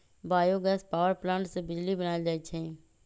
bio gas power plant से बिजली बनाएल जाइ छइ